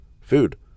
food